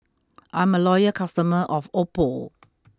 I'm a loyal customer of Oppo